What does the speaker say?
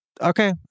okay